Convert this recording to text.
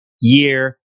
year